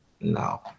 No